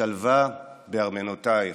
שלוה בארמנותיך.